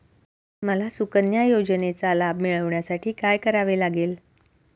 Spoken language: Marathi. मला सुकन्या योजनेचा लाभ मिळवण्यासाठी काय करावे लागेल?